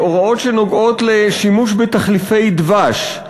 הוראות שנוגעות בשימוש בתחליפי דבש,